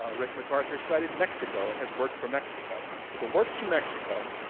ah rick macarthur cited mexico, it has worked for mexico. if it works for mexico,